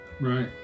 right